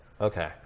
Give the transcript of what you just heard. Okay